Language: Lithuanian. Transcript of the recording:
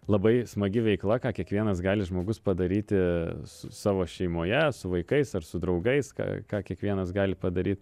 labai smagi veikla ką kiekvienas gali žmogus padaryti s savo šeimoje su vaikais ar su draugais ką ką kiekvienas gali padaryt